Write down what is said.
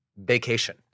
vacation